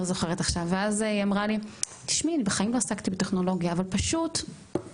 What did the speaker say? תשמעי אני בחיים לא התעסקתי בטכנולוגיה ובצבא